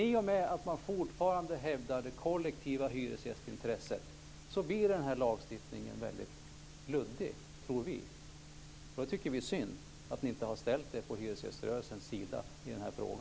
I och med att man fortfarande hävdar det kollektiva hyresgästintresset blir denna lagstiftning väldigt luddig, tror vi. Vi tycker att det är synd att ni inte har ställt er på hyresgäströrelsens sida i denna fråga.